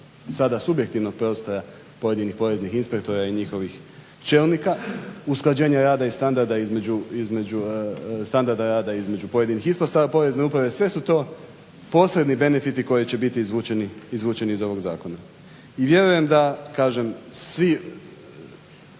subjektivnog prostora pojedinih poreznih inspektora i njihovih čelnika, usklađenja rada i standarda rada između pojedinih ispostava Porezne uprave. Sve su to posredni benefiti koji će biti izvučeni iz ovog zakona. I vjerujem da, kažem svi